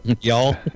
y'all